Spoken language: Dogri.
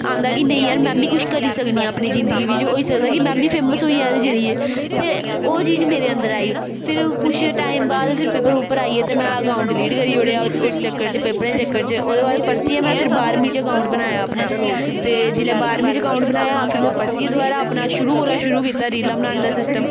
औंदा कि नेईं यार में बी कुछ करी सकनी आं अपनी जिन्दगी बिच्च होई सकदा कि में बी फेमस होई जांऽ एह्दे जरियै ते ओह् चीज मेरे अन्दर आई फिर कुछ टाइम बाद फिर पेपर पूपर आई गे ते में अकाउंट डलीट करी ओड़ेआ उस चक्कर च पेपरें दे चक्कर च ओह्दे बाद परतियै में फिर बाह्रमीं च अकाउंट बनाया अपना ते जिल्लै बाह्रमीं च अकाउंट बनाया फिर में परतियै दोबारा अपना शुरू कोला शूरु कीता रीलां बनाने दा सिस्टम